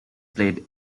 played